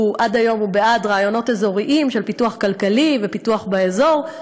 עד היום הוא בעד רעיונות אזוריים של פיתוח כלכלי ופיתוח באזור.